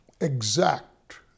exact